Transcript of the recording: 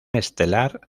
estelar